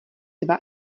dva